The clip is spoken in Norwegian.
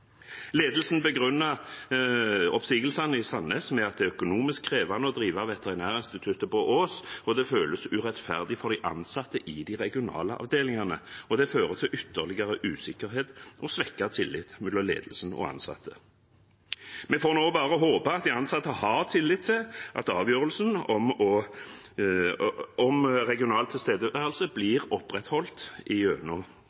Ledelsen begrunner oppsigelsene i Sandnes med at det er økonomisk krevende å drive Veterinærinstituttet på Ås. Det føles urettferdig for de ansatte i de regionale avdelingene, og det fører til ytterligere usikkerhet og svekket tillit mellom ledelsen og ansatte. Vi får nå bare håpe at de ansatte har tillit til at avgjørelsen om regional tilstedeværelse